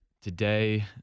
today